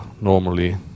normally